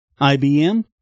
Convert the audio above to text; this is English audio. IBM